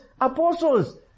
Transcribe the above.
apostles